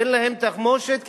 אין להם תחמושת כמעט,